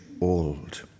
old